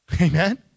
Amen